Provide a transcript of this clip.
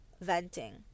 venting